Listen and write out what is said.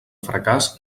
fracàs